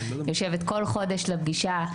יושבת בכל חודש לפגישה,